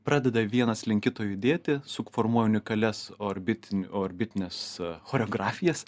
pradeda vienas link kito judėti suformuoja unikalias orbitinių orbitines choreografijas